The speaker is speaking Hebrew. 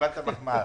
קיבלת מחמאה.